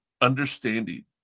understanding